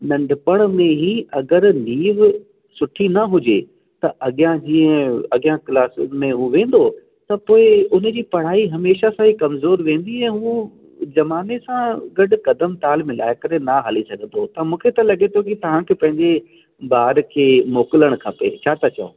नंढपण में ही अगरि नीव सुठी न हुजे त अॻियां जीअं अॻियां क्लासिस में हू वेंदो त पोइ हुनजी पढ़ाई हमेशह सां ई कमज़ोर वेंदी उहो ज़माने सां गॾु क़दमु ताल मिलाए करे न हली सघंदो त मूंखे त लॻे थो की तव्हांखे पंहिंजे ॿार खे मोकिलणु खपे छा त चयो